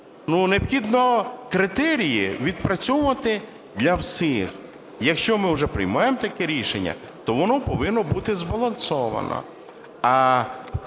Ну, необхідно критерії відпрацьовувати для всіх. Якщо ми вже приймаємо таке рішення, то воно повинно бути збалансоване,